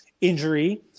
injury